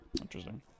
Interesting